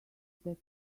that